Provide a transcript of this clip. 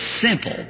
simple